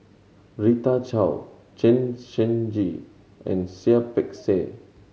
Rita Chao Chen Shiji and Seah Peck Seah